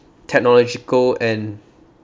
technological and